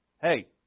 hey